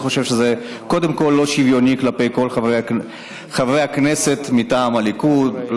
אני חושב שזה קודם כול לא שוויוני כלפי כל חברי הכנסת מטעם הליכוד,